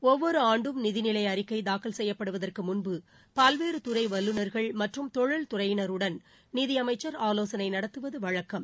ஒவ்வொரு ஆண்டும் நிதிநிலை அறிக்கை தாக்கல் செய்யப்படுவதற்கு முன்பு பல்வேறு துறை வல்லுநர்கள் மற்றும் தொழில் துறையினருடன் நிதியமைச்சர் ஆலோசனை நடத்துவது வழக்கம்